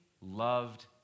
loved